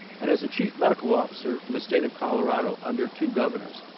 and is a chief medical officer for the state of colorado under two governors.